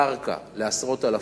קרקע לעשרות אלפים,